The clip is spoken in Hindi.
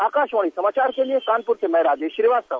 आकाशवाणी समाचार के लिये कानपुर से मैं राजेश श्रीवास्तव